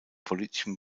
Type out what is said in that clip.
politischem